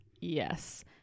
Yes